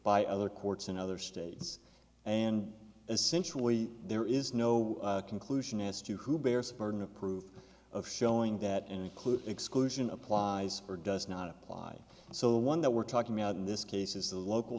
by other courts in other states and essentially there is no conclusion as to who bears the burden of proof of showing that include exclusion applies or does not apply so one that we're talking about in this case is the local